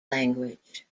language